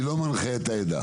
אני לא מנחה את העדה.